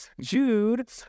Jude